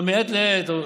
מעת לעת,